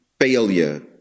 failure